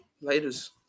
Later's